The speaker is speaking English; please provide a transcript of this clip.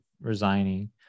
resigning